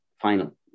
final